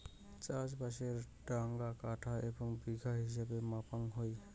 চাষবাসের ডাঙা কাঠা এবং বিঘা হিছাবে মাপাং হই